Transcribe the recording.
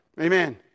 Amen